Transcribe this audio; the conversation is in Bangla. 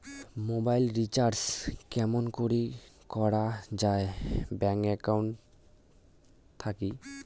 মোবাইল রিচার্জ কেমন করি করা যায় ব্যাংক একাউন্ট থাকি?